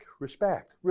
respect